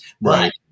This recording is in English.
right